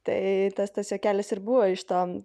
tai tas tas juokelis ir buvo iš to